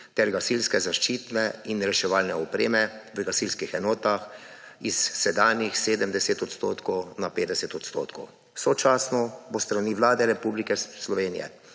ter gasilske zaščitne in reševalne opreme v gasilskih enotah s sedanjih 70 odstotkov na 50 odstotkov. Sočasno bo s strani Vlade Republike Slovenije